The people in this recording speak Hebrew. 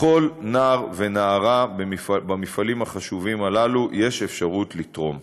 לכל נער ונערה במפעלים החשובים הללו יש אפשרות לתרום.